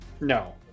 No